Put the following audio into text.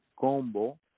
Combo